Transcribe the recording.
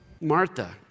Martha